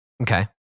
Okay